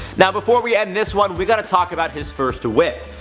now before we end this one, we gotta talk about his first whip.